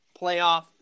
playoff